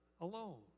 alone